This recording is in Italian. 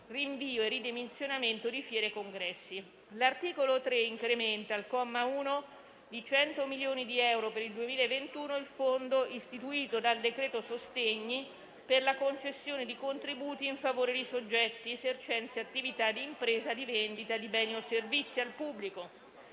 seguito all'emergenza da Covid-19. L'articolo 3 incrementa, al comma 1, di 100 milioni di euro per il 2021 il fondo istituito dal decreto-legge sostegni per la concessione di contributi in favore di soggetti esercenti attività di impresa di vendita di beni o servizi al pubblico,